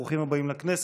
ברוכים הבאים לכנסת.